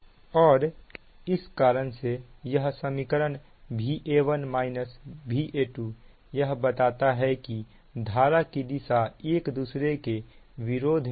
और इस कारण से यह समीकरण Va1 Va2 यह बताता है कि धारा की दिशा एक दूसरे के विरोध में है